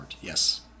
yes